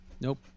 Nope